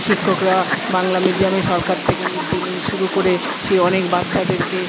শিক্ষকরা বাংলা মিডিয়ামে সরকার থেকে মিড ডে মিল শুরু করে সে অনেক বাচ্চাদেরকে